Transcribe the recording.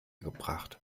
gebracht